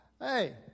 hey